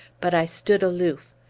but i stood aloof.